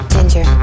Ginger